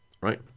Right